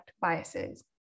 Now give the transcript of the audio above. biases